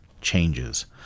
changes